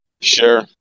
Sure